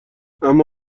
اما